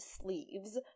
sleeves